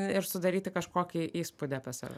ir sudaryti kažkokį įspūdį apie save